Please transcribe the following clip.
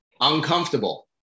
Uncomfortable